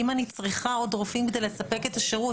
אם אני צריכה עוד רופאים כדי לספק את השירות